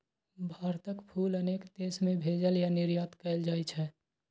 भारतक फूल अनेक देश मे भेजल या निर्यात कैल जाइ छै